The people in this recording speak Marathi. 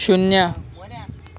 शून्य